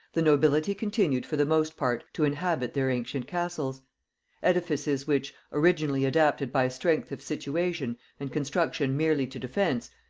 the nobility continued for the most part to inhabit their ancient castles edifices which, originally adapted by strength of situation and construction merely to defence,